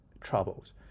troubles